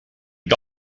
que